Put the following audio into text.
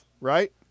right